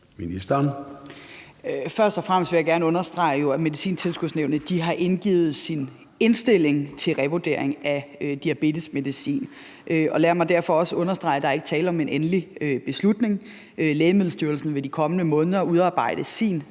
Løhde): Først og fremmest vil jeg gerne understrege, at Medicintilskudsnævnet har indgivet sin indstilling til revurdering af diabetesmedicin. Lad mig derfor også understrege, at der ikke er tale om en endelig beslutning. Lægemiddelstyrelsen vil de kommende måneder udarbejde sin